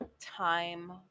time